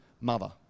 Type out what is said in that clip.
mother